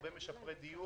הרבה משפרי דיור,